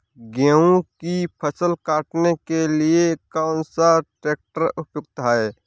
गेहूँ की फसल काटने के लिए कौन सा ट्रैक्टर उपयुक्त है?